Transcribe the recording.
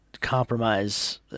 compromise